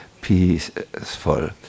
peaceful